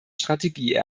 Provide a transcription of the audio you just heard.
strategie